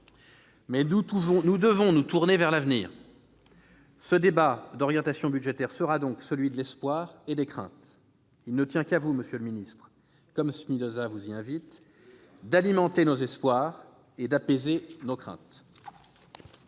nous devons nous tourner vers l'avenir. Ce débat d'orientation budgétaire est donc celui de l'espoir et des craintes. Il ne tient qu'à vous, monsieur le ministre, comme Spinoza vous y invite, d'alimenter nos espoirs et d'apaiser nos craintes.